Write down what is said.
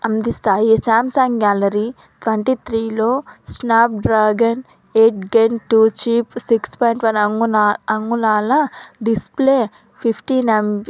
అందిస్తాయి Samsung Galaxy twenty త్రీలో Snapdragon eight gen two chip six point one అంగుళాల display fifteen ఎమ్